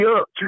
up